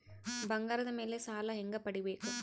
ಬಂಗಾರದ ಮೇಲೆ ಸಾಲ ಹೆಂಗ ಪಡಿಬೇಕು?